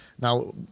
now